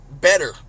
better